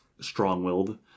strong-willed